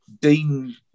Dean